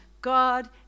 god